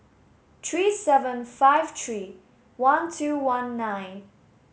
three seven five three one two one nine